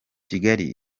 kigali